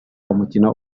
umukino